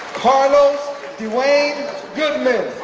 carlos dewayne goodman,